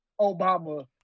Obama